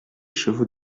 chevaux